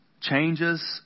changes